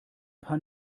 paar